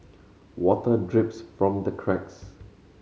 water drips from the cracks